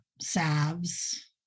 salves